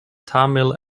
tamil